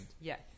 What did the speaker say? Yes